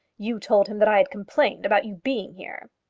you told him that i had complained about you being here.